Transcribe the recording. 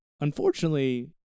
unfortunately